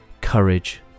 courage